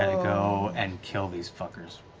ah go and kill these fuckers.